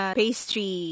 pastry